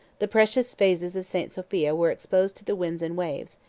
the precious vases of st. sophia were exposed to the winds and waves,